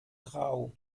grau